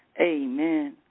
Amen